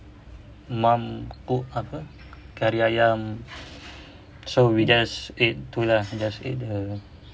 mum cook apa kari ayam so we just ate tu lah we just ate the